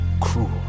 cruel